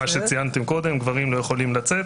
מה שציינתם קודם, שגברים לא יכולים לצאת.